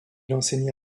enseigna